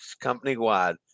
company-wide